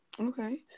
Okay